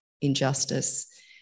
injustice